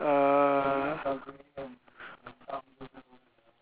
err